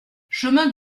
chemin